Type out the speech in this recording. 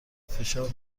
فشار